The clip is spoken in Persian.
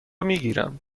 میگیرم